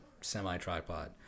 semi-tripod